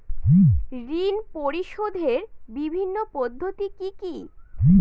ঋণ পরিশোধের বিভিন্ন পদ্ধতি কি কি?